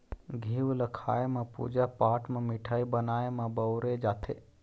घींव ल खाए म, पूजा पाठ म, मिठाई बनाए म बउरे जाथे